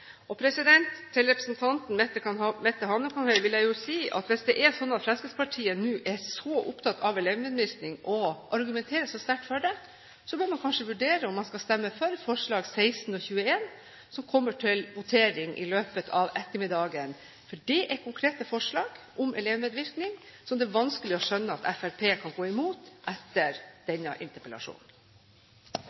Til representanten Mette Hanekamhaug vil jeg si at hvis det er sånn at Fremskrittspartiet nå er så opptatt av elevmedvirkning og argumenterer så sterkt for det, bør man kanskje vurdere om man skal stemme for forslagene nr. 16 og 21 som kommer til votering i løpet av ettermiddagen, for det er konkrete forslag om elevmedvirkning, som det er vanskelig å skjønne at Fremskrittspartiet kan gå imot etter denne interpellasjonen.